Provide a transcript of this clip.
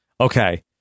Okay